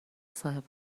صاحب